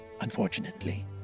unfortunately